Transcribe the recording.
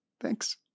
Thanks